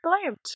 blamed